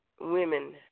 women